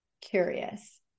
curious